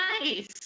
nice